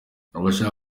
abashaka